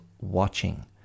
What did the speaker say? watching